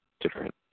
different